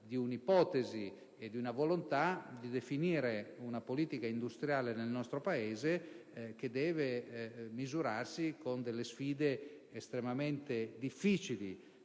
di un'ipotesi e di una volontà di definire una politica industriale del nostro Paese che deve misurarsi con delle sfide estremamente difficili: